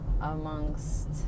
amongst